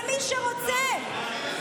למי שרוצה.